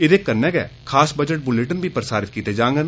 एह्दे कन्नै गै खास बजट बुलिटन बी प्रसारत कीते जांगन